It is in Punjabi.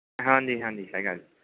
ਹਾਂਜੀ ਹਾਂਜੀ ਹੈਗਾ ਜੀ